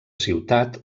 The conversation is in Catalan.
ciutat